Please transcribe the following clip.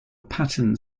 pattern